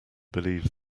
believe